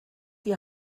die